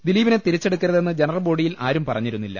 ദിലീപിനെ തിരിച്ചെടുക്കരുതെന്ന് ജനറൽ ബോഡിയിൽ ആരും പറഞ്ഞിരുന്നില്ല